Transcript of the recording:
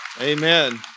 Amen